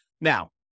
Now